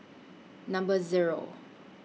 Number Zero